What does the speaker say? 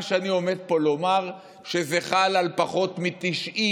מה שאני עומד פה לומר, שזה חל על פחות מ-90,